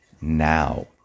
now